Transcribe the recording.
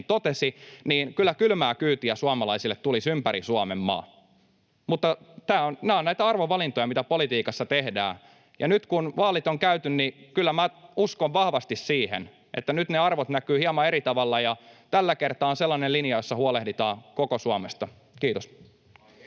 totesi, niin kyllä kylmää kyytiä suomalaisille tulisi ympäri Suomen maan. Mutta nämä ovat näitä arvovalintoja, mitä politiikassa tehdään, ja nyt kun vaalit on käyty, niin kyllä minä uskon vahvasti siihen, että nyt ne arvot näkyvät hieman eri tavalla, ja tällä kertaa on sellainen linja, jossa huolehditaan koko Suomesta. — Kiitos.